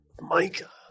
Micah